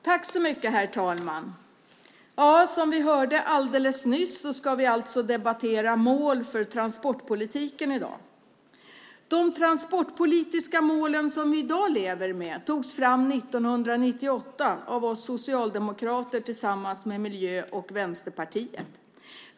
Herr talman! Som vi hörde alldeles nyss ska vi alltså debattera mål för transportpolitiken i dag. De transportpolitiska målen som vi i dag lever med togs fram 1998 av Socialdemokraterna tillsammans med Miljöpartiet och Vänsterpartiet.